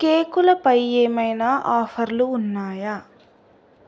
కేకులపై ఏమైనా ఆఫర్లు ఉన్నాయా